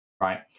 right